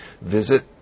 visit